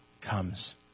comes